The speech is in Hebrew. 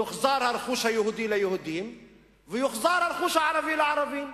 יוחזר הרכוש היהודי ליהודים ויוחזר הרכוש הערבי לערבים.